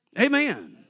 Amen